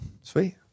Sweet